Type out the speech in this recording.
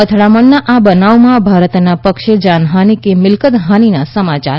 અથડામણના આ બનાવમાં ભારતના પક્ષે જાનહાની કે મિલકતહાનીના સમાચાર નથી